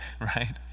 Right